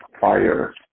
fire